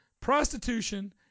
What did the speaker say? prostitution